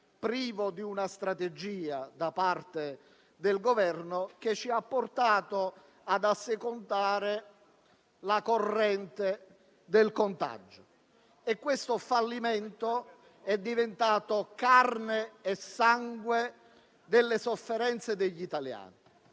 privo di una strategia da parte del Governo che ci ha portato ad assecondare la corrente del contagio; e questo fallimento è diventato carne e sangue delle sofferenze degli italiani,